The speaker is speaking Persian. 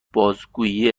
بازگویه